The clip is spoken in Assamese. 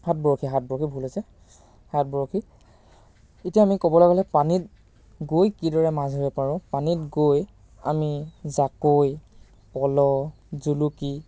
হাত বৰশী হাত বৰশী ভুল হৈছে হাত বৰশী এতিয়া আমি ক'বলৈ গ'লে পানীত গৈ কিদৰে মাছ ধৰিব পাৰোঁ পানীত গৈ আমি জাকৈ পল জুলুকি